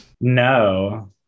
no